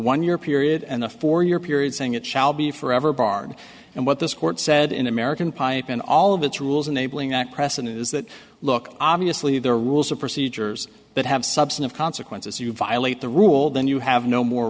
one year period and a four year period saying it shall be forever barred and what this court said in american pipe and all of its rules enabling that precedent is that look obviously there are rules of procedures that have substantive consequences you violate the rule then you have no more